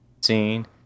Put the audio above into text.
scene